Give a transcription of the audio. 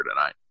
tonight